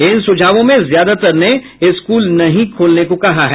इन सुझावों में ज्यादातर ने स्कूल नहीं खोलने को कहा है